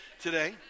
today